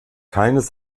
keines